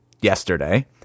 yesterday